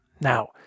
Now